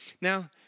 Now